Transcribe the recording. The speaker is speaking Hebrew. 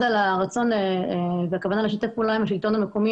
על הרצון ועל הכוונה לשתף פעולה עם השלטון המקומי.